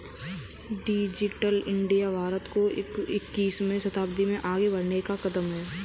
digital India Bharat को इक्कीसवें शताब्दी में आगे बढ़ने का कदम है